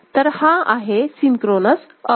तर हा आहे सिन्क्रोनोस अप काऊंटर